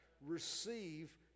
Receive